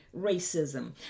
racism